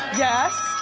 yes.